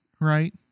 right